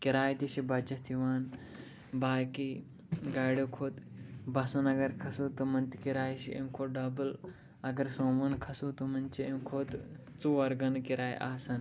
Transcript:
کِراے تہِ چھِ بَچَتھ یِوان باقٕے گاڑیٚو کھۄتہٕ بَسَن اگر کھَسو تِمَن تہِ کِراے چھِ اَمہِ کھۄتہٕ ڈَبٕل اگر سوموَن کھَسو تِمَن چھِ اَمہِ کھۄتہٕ ژوٗر گَنہٕ کِراے آسان